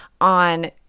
on